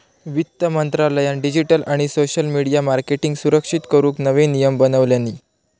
वित्त मंत्रालयान डिजीटल आणि सोशल मिडीया मार्केटींगका सुरक्षित करूक नवे नियम बनवल्यानी